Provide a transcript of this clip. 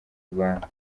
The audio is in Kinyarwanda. rwanda